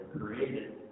created